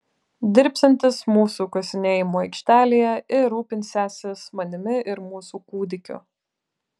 dirbsiantis mūsų kasinėjimų aikštelėje ir rūpinsiąsis manimi ir mūsų kūdikiu